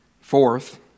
Fourth